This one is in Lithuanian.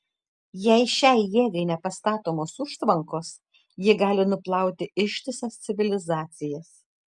jei šiai jėgai nepastatomos užtvankos ji gali nuplauti ištisas civilizacijas